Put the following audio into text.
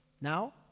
Now